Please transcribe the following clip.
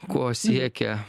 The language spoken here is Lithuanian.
ko siekia